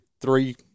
three